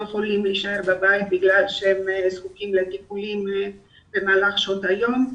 יכולים להישאר בבית בגלל שהם זקוקים לטיפול במהלך שעות היום.